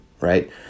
right